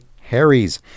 Harry's